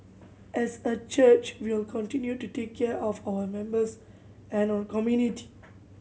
as a church we will continue to take care of our members and our community